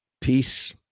Peace